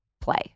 play